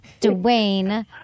Dwayne